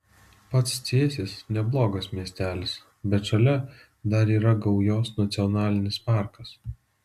pats cėsis neblogas miestelis bet šalia dar yra gaujos nacionalinis parkas